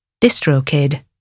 DistroKid